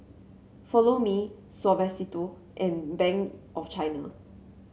Follow Me Suavecito and Bank of China